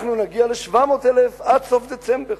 אנחנו נגיע ל-700,000 עד סוף דצמבר,